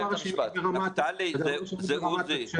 נפתלי, זה עוזי.